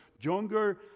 Younger